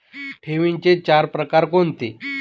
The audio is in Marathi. ठेवींचे चार प्रकार कोणते?